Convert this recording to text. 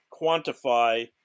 quantify